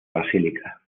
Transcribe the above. basílica